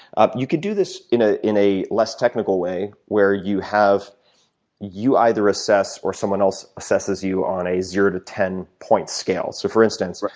um you could do this in ah in a less technical way where you have you either assess or someone else assesses you on a zero to ten point scale. so for instance,